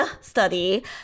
study